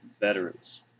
veterans